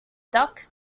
duck